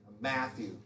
Matthew